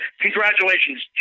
Congratulations